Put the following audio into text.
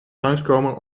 langskomen